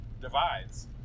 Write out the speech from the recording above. divides